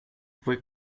fue